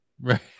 Right